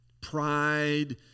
Pride